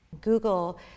Google